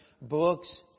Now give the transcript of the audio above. books